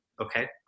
Okay